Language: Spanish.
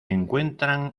encuentran